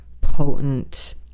potent